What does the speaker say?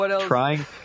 trying